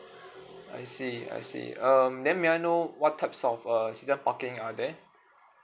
I see I see um then may I know what types of uh season parking are there